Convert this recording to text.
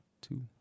two